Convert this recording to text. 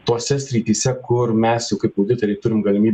tose srityse kur mes jau kaip auditoriai turim galimybę